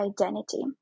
identity